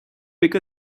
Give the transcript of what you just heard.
pick